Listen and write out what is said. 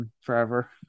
forever